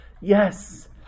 Yes